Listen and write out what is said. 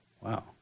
wow